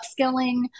upskilling